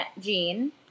Jean